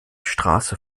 straße